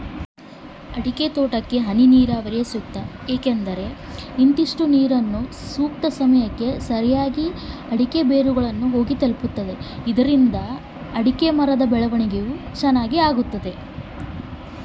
ಅಡಿಕೆ ತೋಟಕ್ಕೆ ಹನಿ ನೇರಾವರಿಯೇ ಏಕೆ ಸೂಕ್ತ?